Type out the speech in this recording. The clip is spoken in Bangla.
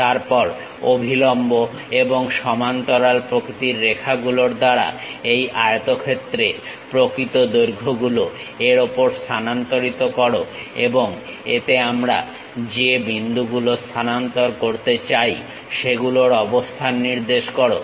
তারপর অভিলম্ব এবং সমান্তরাল প্রকৃতির রেখাগুলোর দ্বারা এই আয়তক্ষেত্রের প্রকৃত দৈর্ঘ্যগুলো এর ওপর স্থানান্তরিত করো এবং এতে আমরা যে বিন্দুগুলো স্থানান্তর করতে চাই সেগুলোর অবস্থান নির্দেশ করো